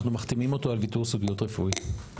מחתימים אותו על ויתור סודיות רפואית.